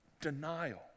Denial